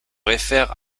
réfère